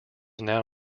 now